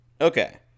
Okay